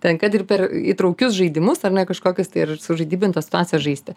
ten kad ir per įtraukius žaidimus ar ne kažkokius tai ar sužaidybintas situacijas žaisti